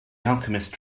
alchemist